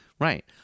Right